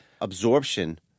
absorption